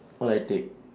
all I take